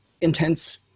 intense